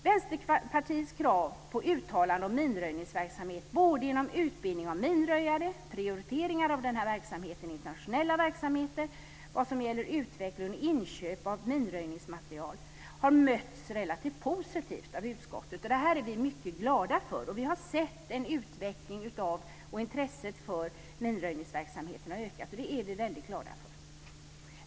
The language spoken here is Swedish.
Vänsterpartiets krav på uttalande om minröjningsverksamhet genom utbildning av minröjare, genom prioriteringar av den internationella verksamheten och genom utveckling och inköp av minröjningsmaterial har bemötts relativ positivt av utskottet. Det är vi mycket glada för. Vi har sett en utveckling, och intresset för minröjningsverksamheten har ökat. Det är vi väldigt glada för.